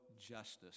justice